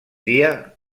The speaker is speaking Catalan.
dia